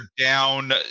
down